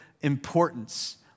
importance